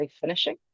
finishing